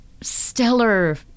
stellar